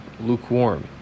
lukewarm